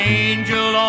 angel